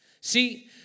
See